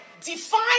define